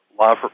law